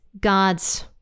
God's